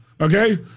okay